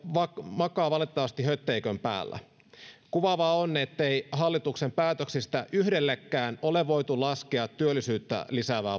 makaa valitettavasti hötteikön päällä kuvaavaa on ettei hallituksen päätöksistä yhdellekään ole voitu laskea työllisyyttä lisäävää